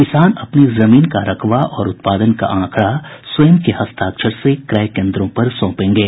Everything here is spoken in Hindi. किसान अपनी जमीन का रकबा और उत्पादन का आंकड़ा स्वयं के हस्ताक्षर से क्रय केन्द्रों पर सौंपेंगे